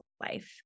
life